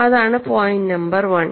അതാണ് point number one